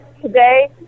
today